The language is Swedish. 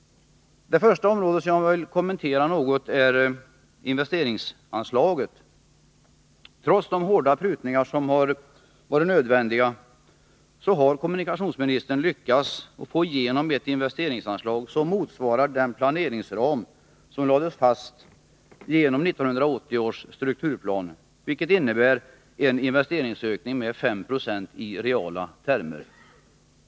Det första som jag något vill kommentera är investeringsanslaget. Trots de hårda prutningar som varit nödvändiga har kommunikationsministern lyckats få igenom ett investeringsanslag som motsvarar den planeringsram som lades fast genom 1980 års strukturplan, vilket innebär en investeringsökning med 5 9 i reala termer.